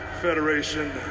Federation